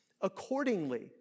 Accordingly